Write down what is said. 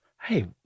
hey